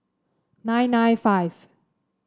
nine nine five